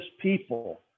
people